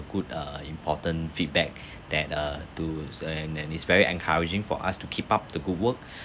good uh important feedback that uh to and and is very encouraging for us to keep up the good work